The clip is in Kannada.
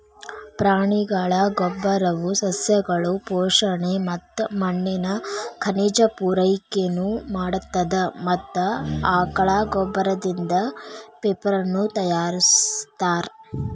ಪ್ರಾಣಿಗಳ ಗೋಬ್ಬರವು ಸಸ್ಯಗಳು ಪೋಷಣೆ ಮತ್ತ ಮಣ್ಣಿನ ಖನಿಜ ಪೂರೈಕೆನು ಮಾಡತ್ತದ ಮತ್ತ ಆಕಳ ಗೋಬ್ಬರದಿಂದ ಪೇಪರನು ತಯಾರಿಸ್ತಾರ